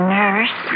nurse